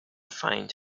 find